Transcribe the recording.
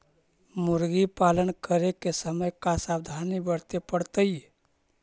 मुर्गी पालन करे के समय का सावधानी वर्तें पड़तई?